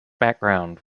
background